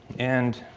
and